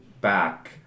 back